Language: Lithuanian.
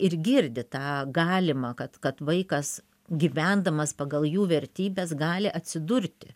ir girdi tą galimą kad kad vaikas gyvendamas pagal jų vertybes gali atsidurti